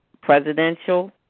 presidential